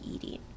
eating